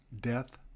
death